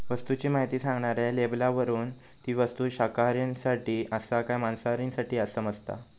वस्तूची म्हायती सांगणाऱ्या लेबलावरून ती वस्तू शाकाहारींसाठी आसा काय मांसाहारींसाठी ता समाजता